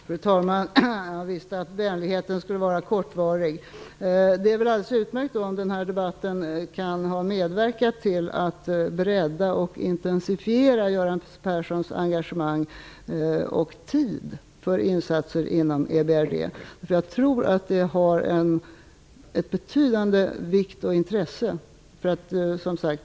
Fru talman! Jag visste att vänligheten skulle vara kortvarig. Det är väl alldeles utmärkt om den här debatten kan medverka till att bredda och intensifiera Göran Perssons engagemang och tid för insatser inom EBRD. Jag tror att är av betydande vikt och intresse.